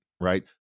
right